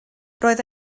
roedd